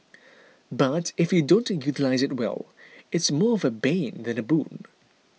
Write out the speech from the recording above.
but if you don't utilise it well it's more of bane than a boon